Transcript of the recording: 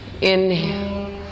Inhale